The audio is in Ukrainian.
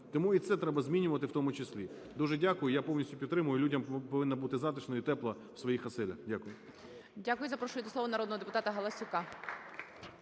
Тому і це треба змінювати в тому числі. Дуже дякую. Я повністю підтримую. Людям повинно бути затишно і тепло в своїх оселях. Дякую.